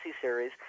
series